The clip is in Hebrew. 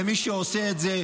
ומי שעושה את זה,